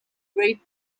great